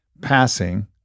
passing